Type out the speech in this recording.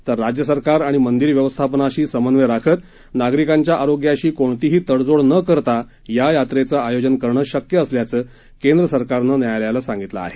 तर राज्य सरकार आणि मंदीर व्यवस्थापानाशी संमन्वय राखत नागरिकांच्या आरोग्याशी कोणतीही तडजोड न करता या यात्रेचं आयोजन करणं शक्य असल्याचं केंद्र सरकारनं न्यायालयाला सांगितलं आहे